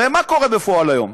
הרי מה קורה בפועל היום?